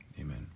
Amen